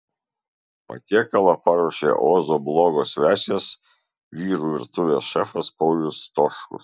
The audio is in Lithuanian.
patiekalą paruošė ozo blogo svečias vyrų virtuvės šefas paulius stoškus